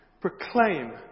proclaim